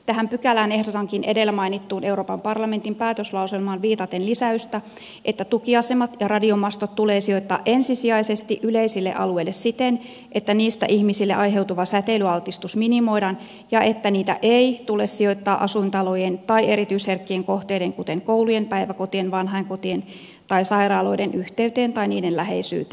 tähän pykälään ehdotankin edellä mainittuun euroopan parlamentin päätöslauselmaan viitaten lisäystä että tukiasemat ja radiomastot tulee sijoittaa ensisijaisesti yleisille alueille siten että niistä ihmisille aiheutuva säteilyaltistus minimoidaan ja että niitä ei tule sijoittaa asuintalojen tai erityisherkkien kohteiden kuten koulujen päiväkotien vanhainkotien tai sairaaloiden yhteyteen tai niiden läheisyyteen